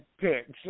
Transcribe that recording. picks